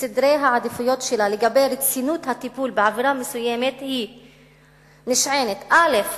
וסדרי העדיפויות שלה לגבי רצינות הטיפול בעבירה מסוימת נשענים: א.